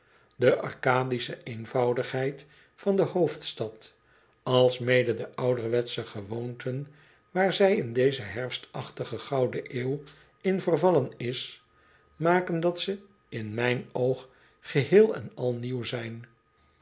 de arcadische eenvoudigheid van de hoofdstad alsmede de ouderwetsche gewoonten waar zij in deze herfstaohtige gouden eeuw in vervallen is maken dat ze in mijn oog geheel en al nieuw zijn